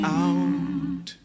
out